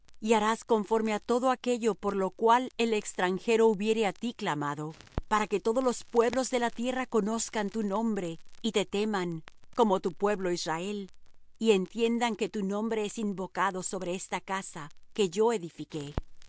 y harás conforme á todo aquello por lo cual el extranjero hubiere á ti clamado para que todos los pueblos de la tierra conozcan tu nombre y te teman como tu pueblo israel y entiendan que tu nombre es invocado sobre esta casa que yo edifiqué